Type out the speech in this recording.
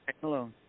Hello